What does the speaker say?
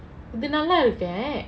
இது நல்லாருக்கே:ithu nallaruke